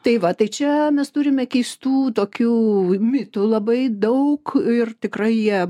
tai va tai čia mes turime keistų tokių mitų labai daug ir tikrai jie